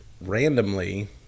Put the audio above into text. randomly